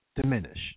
diminish